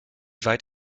weit